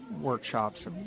workshops